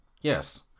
yes